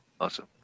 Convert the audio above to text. Awesome